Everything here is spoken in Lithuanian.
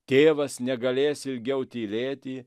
tėvas negalės ilgiau tylėti